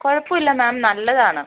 കുഴപ്പം ഇല്ല മാം നല്ലതാണ്